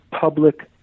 public